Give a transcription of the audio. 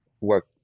work